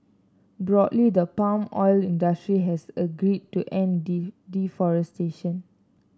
broadly the palm oil industry has agreed to end deforestation